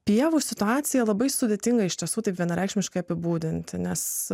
pievų situacija labai sudėtinga iš tiesų taip vienareikšmiškai apibūdinti nes